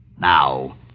Now